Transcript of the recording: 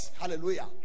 Hallelujah